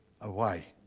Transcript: away